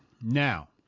now